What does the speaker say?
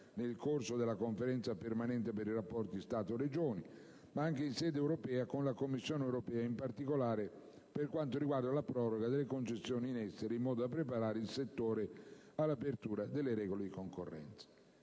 nel corso della Conferenza permanente per i rapporti Stato-Regioni), sia in sede europea, con la Commissione europea, in particolare per quanto riguarda la proroga delle concessioni in essere in modo da preparare il settore all'apertura alle regole di concorrenza.